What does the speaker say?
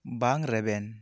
ᱵᱟᱝ ᱨᱮᱵᱮᱱ